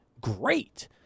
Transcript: great